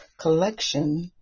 collection